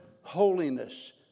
holiness